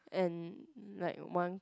and like one